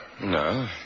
No